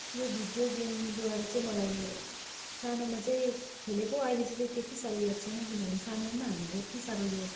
यो भिडियो गेमद्वारा चाहिँ मलाई सानोमा चाहिँ खेलेको अहिले चाहिँ त्यत्ति साह्रो याद छैन किनभने सानोमा हामीले यत्ति साह्रो यो